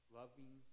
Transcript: loving